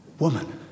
Woman